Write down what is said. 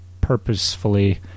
purposefully